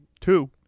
two